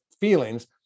feelings